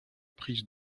prise